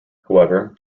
however